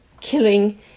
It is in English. killing